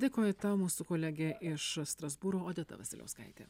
dėkoju tau mūsų kolegė iš strasbūro odeta vasiliauskaitė